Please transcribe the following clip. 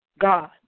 God